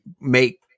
make